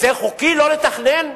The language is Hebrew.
זה חוקי לא לתכנן?